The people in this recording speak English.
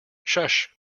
shush